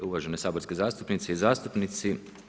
Uvažene saborske zastupnice i zastupnici.